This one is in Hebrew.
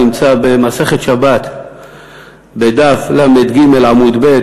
נמצא במסכת שבת בדף לג עמוד ב.